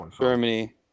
Germany